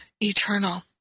eternal